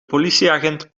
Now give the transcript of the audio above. politieagent